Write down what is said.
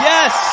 Yes